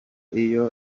iyo